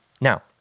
Now